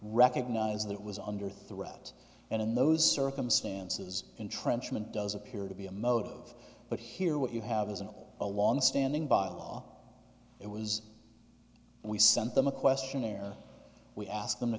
recognize that it was under threat and in those circumstances entrenchment does appear to be a motive but here what you have isn't a long standing by law it was we sent them a questionnaire we ask them to